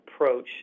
approach